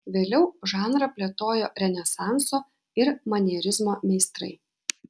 vėliau žanrą plėtojo renesanso ir manierizmo meistrai